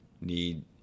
need